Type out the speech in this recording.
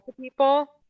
people